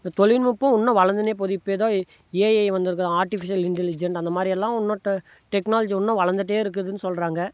இந்த தொழில்நுட்பம் இன்னும் வளர்ந்துன்னே போது இப்போ ஏதோ ஏஐ வந்திருக்கு ஆர்ட்டிஃபிஷியல் இன்டெலிஜென்ட் அந்த மாதிரியெல்லாம் இன்னும் டெ டெக்னாலஜி இன்னும் வளர்ந்துட்டே இருக்குதுன் சொல்கிறாங்க